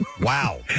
Wow